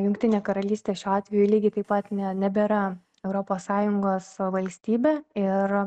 jungtinė karalystė šiuo atveju lygiai taip pat ne nebėra europos sąjungos valstybė ir